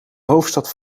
hoofdstad